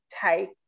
take